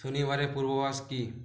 শনিবারের পূর্বাভাস কী